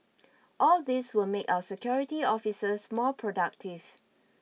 all these will make our security officers more productive